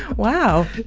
wow